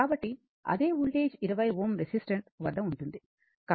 కాబట్టి అదే voltage 20 Ω resistance వద్ద ఉంటుంది